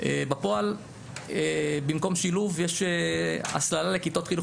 בפועל במקום שילוב יש הסללה לכיתות חינוך